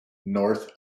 north